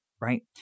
right